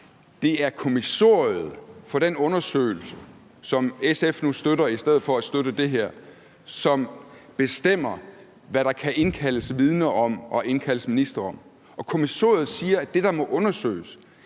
Det er kommissoriet for den undersøgelse, som SF nu støtter i stedet for at støtte det her, som bestemmer, hvad der kan indkaldes vidner om og indkaldes ministre om. Og kommissoriet siger, at det, der må undersøges,